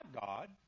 God